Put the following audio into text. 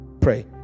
pray